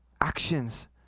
actions